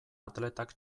atletak